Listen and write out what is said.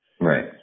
Right